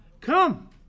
Come